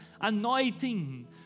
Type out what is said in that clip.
anointing